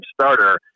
starter